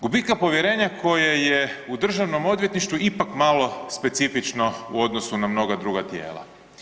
Gubitka povjerenja koje je u Državnom odvjetništvu ipak malo specifično u odnosu na mnoga druga tijela.